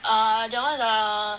err that [one] the